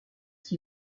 qui